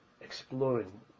exploring